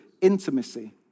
intimacy